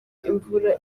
imvura